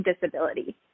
disability